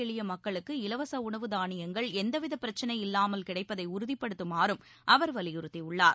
எளியமக்களுக்கு இலவசஉணவு தானியங்கள் எந்தவிதபிரச்சினை இல்லாமல் கிடைப்பதைஉறுதிபடுத்துமாறும் அவர் வலியுறுத்தியுள்ளார்